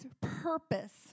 purpose